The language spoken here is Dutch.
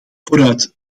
vooruit